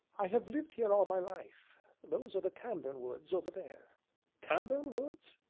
i have lived here all my life those are the cambourne woods over there cambourne woods!